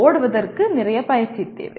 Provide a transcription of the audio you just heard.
ஓடுவதற்கு நிறைய பயிற்சி தேவை